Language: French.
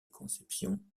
conception